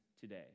today